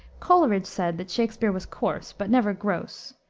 coleridge said that shakspere was coarse, but never gross.